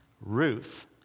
Ruth